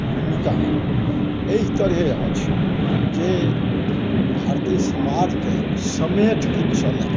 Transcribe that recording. भूमिका एहि तरहे अछि जे भारतीय समाजके समेटिकऽ चलै